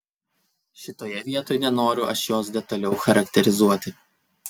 šitoje vietoj nenoriu aš jos detaliau charakterizuoti